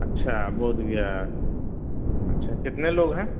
اچھا بودھ گیا اچھا کتنے لوگ ہیں